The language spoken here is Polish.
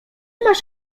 masz